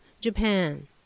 Japan